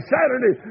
Saturday